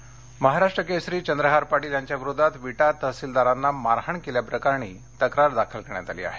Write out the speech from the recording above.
वाळ सांगली महाराष्ट्र केसरी चंद्रहार पाटील यांच्या विरोधात विटा तहसिलदाराना मारहाण केल्याप्रकरणी तक्रार दाखल करण्यात आली आहे